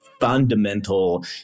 fundamental